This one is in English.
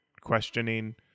questioning